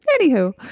Anywho